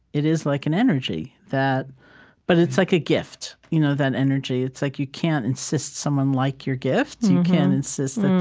it is like an energy, but it's like a gift, you know that energy. it's like you can't insist someone like your gift. you can't insist and